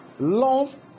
Love